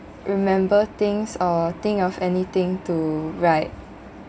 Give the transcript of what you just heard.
remember things or think of anything to write